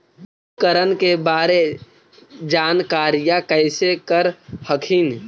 उपकरण के बारे जानकारीया कैसे कर हखिन?